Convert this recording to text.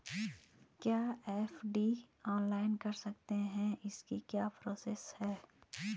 क्या FD online कर सकते हैं इसकी क्या प्रोसेस है?